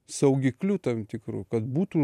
saugikliu tam tikru kad būtų